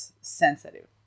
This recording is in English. sensitive